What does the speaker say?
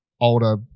older